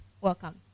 Welcome